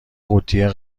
قوطی